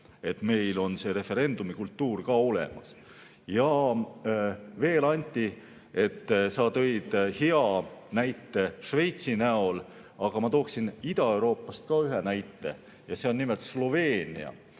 et meil on referendumi kultuur ka olemas. Ja veel, Anti, sa tõid hea näite Šveitsi näol, aga ma tooksin Ida-Euroopast ka ühe näite, nimelt Sloveenia.